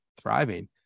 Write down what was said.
thriving